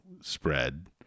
spread